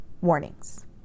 warnings